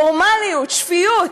נורמליות, שפיות.